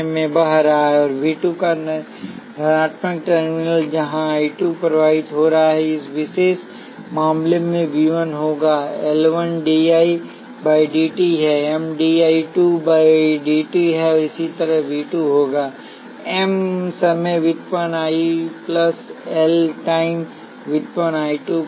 में बह रहा है और V 2 का धनात्मक टर्मिनल है जहां I 2 प्रवाहित हो रहा है इस विशेष मामले में V 1 होगा L 1 dI 1 by dt M dI 2 by dt और इसी तरह V 2 होगा M समय व्युत्पन्न आई 1 प्लस एल 2 टाइम व्युत्पन्न I 2 का